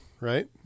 right